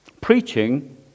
Preaching